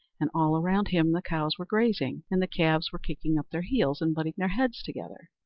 and all around him the cows were grazing, and the calves were kicking up their heels and butting their heads together.